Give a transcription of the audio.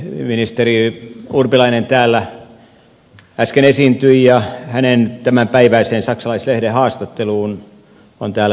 ministeri urpilainen täällä äsken esiintyi ja hänen tämänpäiväiseen saksalaislehden haastatteluunsa on täällä viitattu